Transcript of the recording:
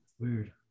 weird